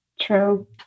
True